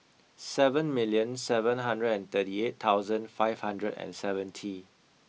seven million seven hundred and thirty eight thousand five hundred and seventy